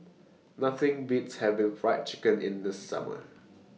Nothing Beats having Fried Chicken in The Summer